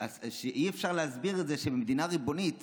אי-אפשר להסביר את זה שבמדינה ריבונית